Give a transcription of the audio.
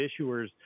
issuers